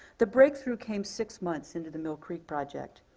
the breakthrough came six months into the mill creek project.